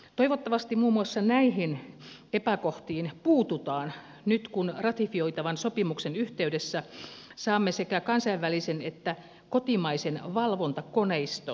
toivottavasti muun muassa näihin epäkohtiin puututaan nyt kun ratifioitavan sopimuksen yhteydessä saamme sekä kansainvälisen että kotimaisen valvontakoneiston